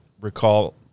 recall